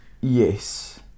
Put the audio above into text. Yes